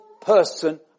person